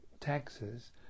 taxes